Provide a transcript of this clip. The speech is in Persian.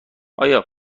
آیا